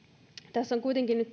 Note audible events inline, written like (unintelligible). tässä esityksessä on nyt (unintelligible)